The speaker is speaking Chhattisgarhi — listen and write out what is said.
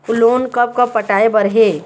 लोन कब कब पटाए बर हे?